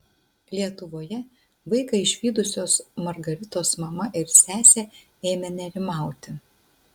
lietuvoje vaiką išvydusios margaritos mama ir sesė ėmė nerimauti